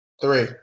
Three